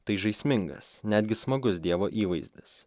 tai žaismingas netgi smagus dievo įvaizdis